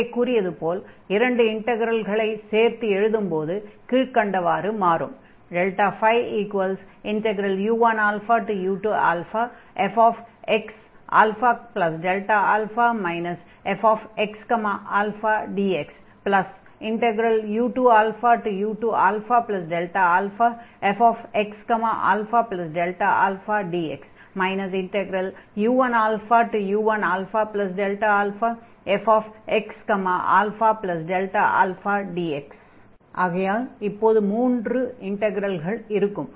மேலே கூறியது போல் இரண்டு இன்டக்ரல்களை சேர்த்து எழுதும்போது கீழ்க்கண்டவாறு மாறும் ΔΦu1u2fxα fxαdxu2u2αΔαfxαΔαdx u1u1αΔαfxαΔαdx ஆகையால் இப்போது மூன்று இன்டக்ரல்கள் இருக்கும்